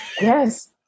Yes